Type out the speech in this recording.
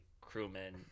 crewmen